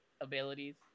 abilities